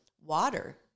water